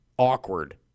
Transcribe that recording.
awkward